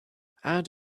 add